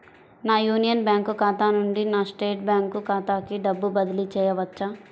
నా Union Bank ఖాతా నుండి నా స్టేట్ బ్యాంకు ఖాతాకి డబ్బు బదిలి చేయవచ్చా?